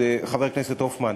חבר הכנסת הופמן,